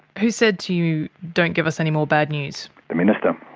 who said to you don't give us any more bad news? the minister.